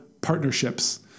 partnerships